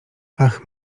ach